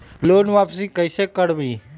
Loan वापसी कैसे करबी?